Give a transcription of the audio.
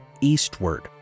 eastward